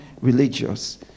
religious